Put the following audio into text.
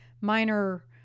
minor